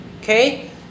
Okay